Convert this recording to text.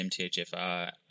MTHFR